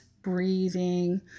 breathing